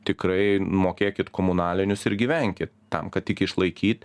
tikrai mokėkit komunalinius ir gyvenkit tam kad tik išlaikyt